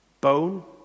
bone